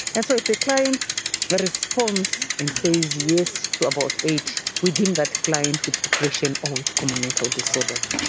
and so if the client but responds and says yes to about eight, we deem that client with depression or with common mental disorders.